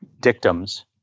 dictums